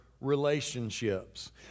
relationships